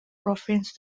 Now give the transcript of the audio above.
province